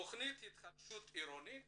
תכנית התחדשות עירונית